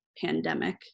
pandemic